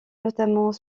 notamment